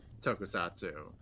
tokusatsu